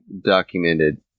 Documented